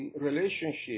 relationship